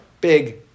big